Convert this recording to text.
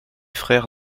frère